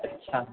अच्छा